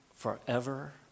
forever